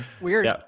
weird